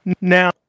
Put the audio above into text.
Now